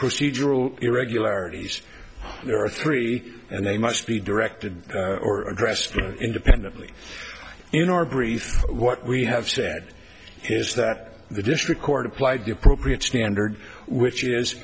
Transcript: procedural irregularities there are three and they must be directed or addressed independently in our brief what we have said is that the district court applied the appropriate standard which is